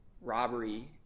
robbery